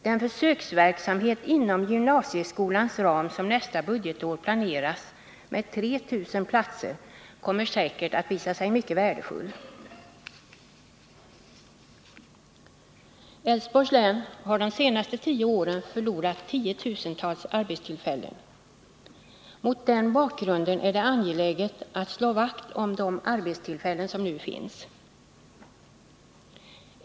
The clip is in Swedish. Den försöksverksamhet inom gymnasieskolans ram som planeras för nästa budgetår med 3 000 platser kommer säkert att visa sig vara mycket värdefull. Älvsborgs län har under de senaste tio åren förlorat tiotusentals arbetstillfällen. Mot den bakgrunden är det angeläget att slå vakt om de arbetstillfällen som nu finns.